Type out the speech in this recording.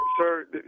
Sir